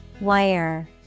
Wire